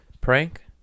prank